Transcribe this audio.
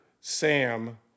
Sam